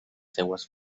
seues